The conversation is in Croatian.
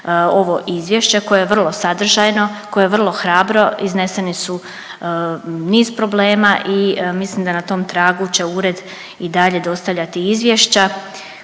ovo izvješće koje je vrlo sadržajno, koje je vrlo hrabro, izneseni su niz problema i mislim da na tom tragu će ured i dalje dostavljati izvješća